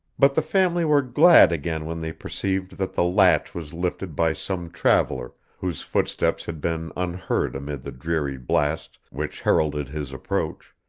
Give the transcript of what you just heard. but the family were glad again when they perceived that the latch was lifted by some traveller, whose footsteps had been unheard amid the dreary blast which heralded his approach,